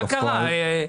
מה קרה?